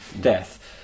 death